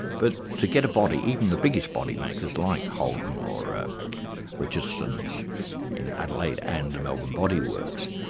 but to get a body, even the biggest body makers like holden or ah richardson's in adelaide and the melbourne body works,